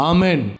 Amen